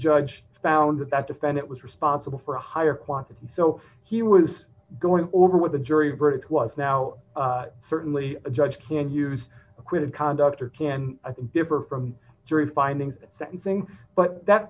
judge found that that defendant was responsible for a higher quantity so he was going over what the jury verdict was now certainly a judge can use acquitted conduct or can differ from jury findings sentencing but that